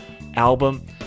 album